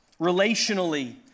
relationally